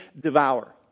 devour